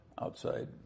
outside